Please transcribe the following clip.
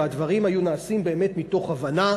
והדברים היו נעשים באמת מתוך הבנה.